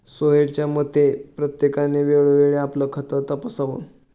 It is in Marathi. सोहेलच्या मते, प्रत्येकाने वेळोवेळी आपलं खातं तपासावं